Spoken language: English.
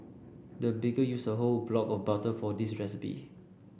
the baker used a whole block of butter for this recipe